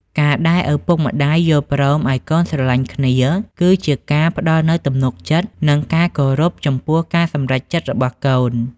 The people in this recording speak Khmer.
ការដែលឪពុកម្ដាយយល់ព្រមឱ្យកូនស្រឡាញ់គ្នា គឺជាការផ្ដល់នូវទំនុកចិត្ត និងការគោរពចំពោះការសម្រេចចិត្តរបស់កូន។